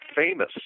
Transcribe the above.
famous